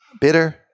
bitter